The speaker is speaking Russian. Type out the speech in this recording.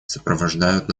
сопровождают